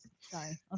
sorry